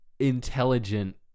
intelligent